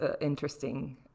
interesting